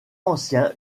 anciens